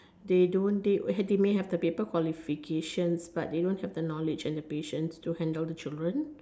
they don't they they may have the paper qualifications but they don't have the knowledge and the patience to handle the children